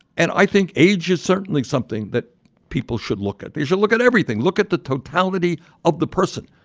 and i think age is certainly something that people should look at. they should look at everything. look at the totality of the person.